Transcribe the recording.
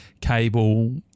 cable